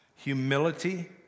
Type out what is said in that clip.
Humility